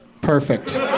Perfect